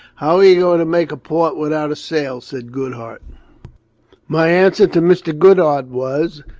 how are you going to make a port without a sail? said goodhart my answer to mr. goodhart was,